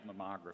mammography